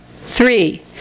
three